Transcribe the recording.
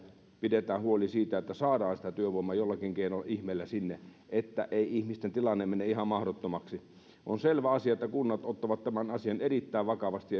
pidetään huoli siitä että saadaan sitä työvoimaa jollakin ihmeen keinolla sinne että ei ihmisten tilanne mene ihan mahdottomaksi on selvä asia että kunnat ottavat tämän asian erittäin vakavasti